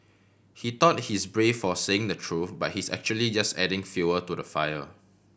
he thought he's brave for saying the truth but he's actually just adding fuel to the fire